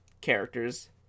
characters